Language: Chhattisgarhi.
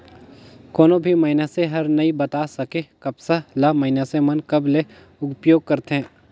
कोनो भी मइनसे हर नइ बता सके, कपसा ल मइनसे मन कब ले उपयोग करथे